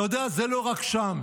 אתה יודע, זה לא רק שם.